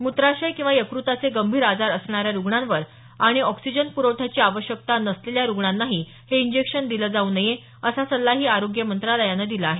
मूत्राशय किंवा यकृताचे गंभीर आजार असणाऱ्यांना रुग्णांवर आणि ऑक्सिजन प्रवठ्याची आवश्यकता नसलेल्या रुग्णांनाही हे इजेक्शन दिल जाऊ नये असा सल्लाही आरोग्य मंत्रालयान दिला आहे